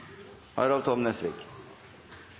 Harald T. Nesvik